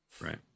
right